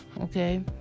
okay